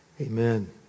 amen